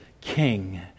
king